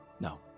No